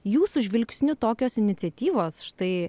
jūsų žvilgsniu tokios iniciatyvos štai